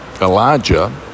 Elijah